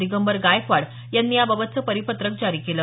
दिगंबर गायकवाड यांनी याबाबतचं परिपत्रक जारी केलं